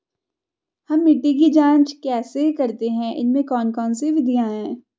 हम मिट्टी की जांच कैसे करते हैं इसकी कौन कौन सी विधियाँ है?